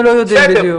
אנחנו לא יודעים בדיוק.